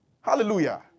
Hallelujah